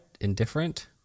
indifferent